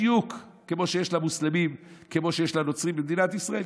בדיוק כמו שיש למוסלמים וכמו שיש לנוצרים במדינת ישראל.